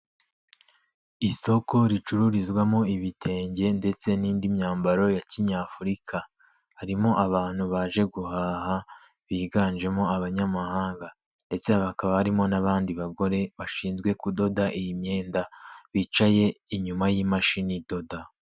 Isoko ricururizwamo ibitenge ndetse n'indi myambaro ya kinyafurika, harimo abantu baje guhaha biganjemo abanyamahanga, ndetse hakaba harimo n'abandi bagore bashinzwe kudoda iyi myenda, bicaye inyuma y'imashini idoda.